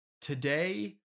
today